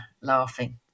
laughing